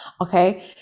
okay